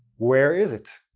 where is it?